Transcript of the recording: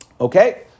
Okay